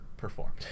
Performed